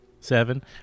Seven